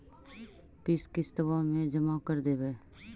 बिस किस्तवा मे जमा कर देवै?